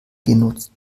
genutzt